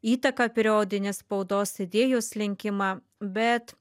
įtaką periodinės spaudos idėjos lenkimą bet